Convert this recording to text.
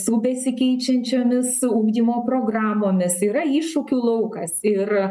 su besikeičiančiomis ugdymo programomis yra iššūkių laukas ir